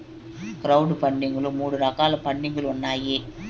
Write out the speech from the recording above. crowd funding లో మూడు రకాల పండింగ్ లు ఉన్నాయి